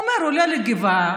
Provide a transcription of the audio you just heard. הוא אמר: עולה לגבעה,